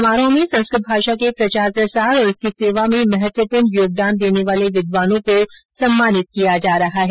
समारोह में संस्कृत भाषा के प्रचार प्रसार और इसकी सेवा में महत्वपूर्ण योगदान देने वाले विद्वानों को सम्मानित किया जा रहा है